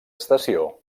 estació